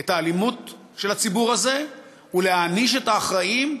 את האלימות של הציבור הזה ולהעניש את האחראים,